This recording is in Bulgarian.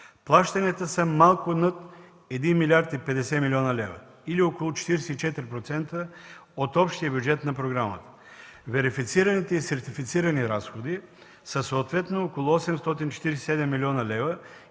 Плащанията са малко над 1 млрд. 50 млн. лв., или около 44% от общия бюджет на програмата. Верифицираните и сертифицирани разходи са съответно около 847 млн. лв.,